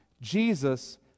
Jesus